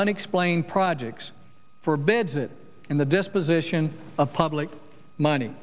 unexplained projects for beds it in the disposition of public money